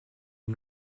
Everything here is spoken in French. une